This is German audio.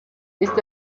ist